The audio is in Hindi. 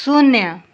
शून्य